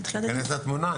ניכנס לתמונה,